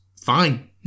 fine